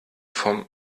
vom